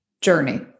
journey